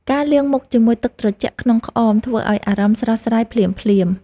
ការលាងមុខជាមួយទឹកត្រជាក់ក្នុងក្អម ធ្វើឱ្យអារម្មណ៍ស្រស់ស្រាយភ្លាមៗ។